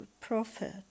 prophet